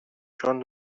چون